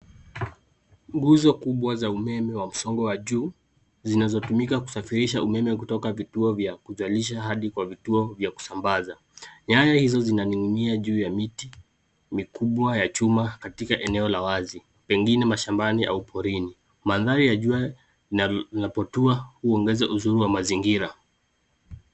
Nguzo kubwa za umeme wa msongo wa juu zinazotumika kusafirisha umeme kutoka vituo vya kuzalisha hadi kwa vituo vya kusambaza. Nyaya hizo zinaning'inia juu ya miti, mikubwa, ya chuma, katika eneo la wazi, pengine mashambani au porini. Mandhari ya juu na linapotua huongeza uzuri wa mazingira.